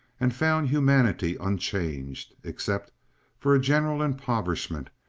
and found humanity unchanged, except for a general impoverishment,